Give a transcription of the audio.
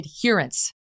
adherence